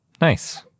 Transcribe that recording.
Nice